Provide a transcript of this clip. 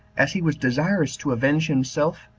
as he was desirous to avenge himself,